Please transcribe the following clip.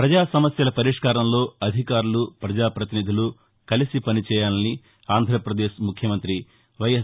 ప్రజా సమస్యల పరిష్కారంలో అధికారులు ప్రజాపతినిధులు కలిసి పనిచేయాలని ఆంధ్రప్రదేశ్ ముఖ్యమంతి వైఎస్